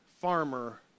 farmer